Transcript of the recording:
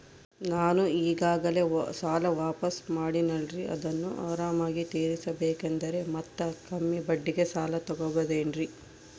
ನಾನು ಈಗಾಗಲೇ ಸಾಲ ವಾಪಾಸ್ಸು ಮಾಡಿನಲ್ರಿ ಅದನ್ನು ಆರಾಮಾಗಿ ತೇರಿಸಬೇಕಂದರೆ ಮತ್ತ ಕಮ್ಮಿ ಬಡ್ಡಿಗೆ ಸಾಲ ತಗೋಬಹುದೇನ್ರಿ?